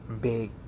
big